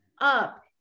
up